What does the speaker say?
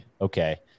okay